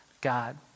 God